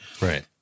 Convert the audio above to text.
Right